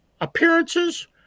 Appearances